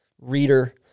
reader